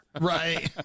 Right